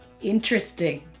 Interesting